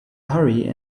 hurry